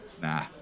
Nah